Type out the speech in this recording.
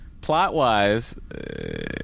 plot-wise